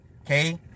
okay